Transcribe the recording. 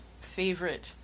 favorite